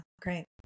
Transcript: great